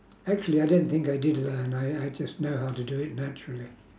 actually I don't think I did learn I I just know how to do it naturally